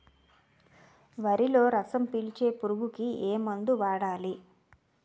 వరిలో రసం పీల్చే పురుగుకి ఏ మందు వాడాలి?